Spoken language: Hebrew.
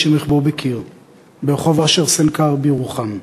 עם רכבו בקיר ברחוב אשר סנקר בירוחם.